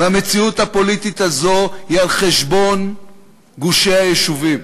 והמציאות הפוליטית הזאת היא על חשבון גושי היישובים.